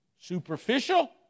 superficial